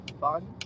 fun